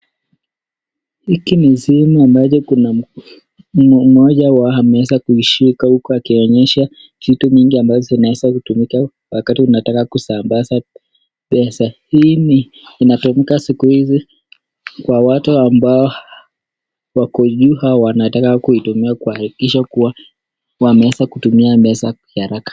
Hiki ni simu ambacho kuna moja wao ameweza kuishika huku akionyesha vitu mingi ambavyo zinaweza kutumika wakati unataka kusambaza pesa. Hii inatumika siku hizi kwa watu ambao wako juu au wanataka kuitumia kuhakikisha kuwa wameweza kutumia meseji ya haraka.